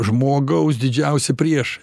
žmogaus didžiausi priešai